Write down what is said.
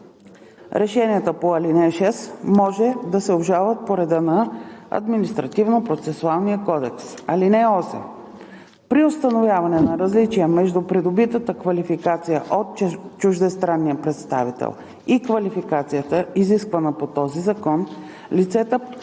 Решенията по ал. 6 може да се обжалват по реда на Административнопроцесуалния кодекс. (8) При установяване на различия между придобитата квалификация от чуждестранния представител и квалификацията, изисквана по този закон, лицата